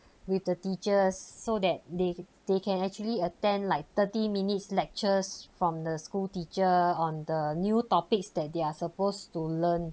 with the teachers so that they they can actually attend like thirty minutes lectures from the school teacher on the new topics that they're supposed to learn